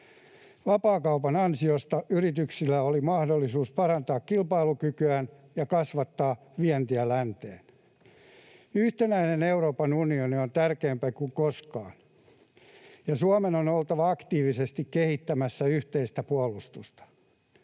Vapaakaupan ansiosta yrityksillä oli mahdollisuus parantaa kilpailukykyään ja kasvattaa vientiä länteen. Yhtenäinen Euroopan unioni on tärkeämpi kuin koskaan, ja Suomen on oltava aktiivisesti kehittämässä yhteistä puolustusta.